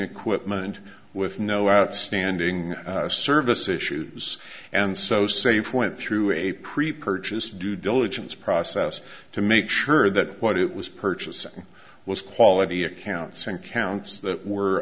equipment with no outstanding service issues and so safe went through a pre purchase due diligence process to make sure that what it was purchasing was quality accounts and counts that were